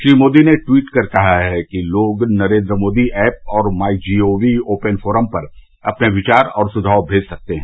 श्री मोदी ने टवीट कर कहा है कि लोग नरेन्द्र मोदी ऐप और my G O V open forum पर अपने विचार और सुझाव भेज सकते हैं